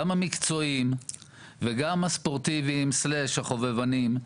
גם המקצועיים וגם הספורטיביים לוכסן החובבניים,